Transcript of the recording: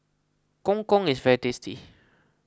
Gong Gong is very tasty